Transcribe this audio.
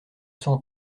cent